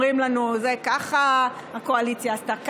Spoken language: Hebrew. אומרים לנו: זה ככה, הקואליציה עשתה ככה,